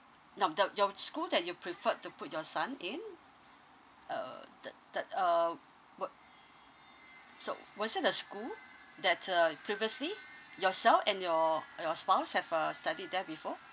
now the your school that you preferred to put your son in uh the the uh wa~ so was it the school that uh previously yourself and your your spouse have uh studied there before